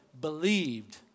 believed